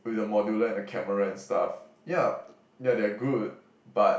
with the modular and the camera and stuff ya that they are good but